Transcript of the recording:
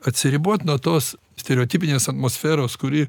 atsiribot nuo tos stereotipinės atmosferos kuri